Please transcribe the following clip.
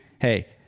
hey